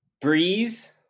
Breeze